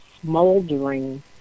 smoldering